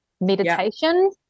meditation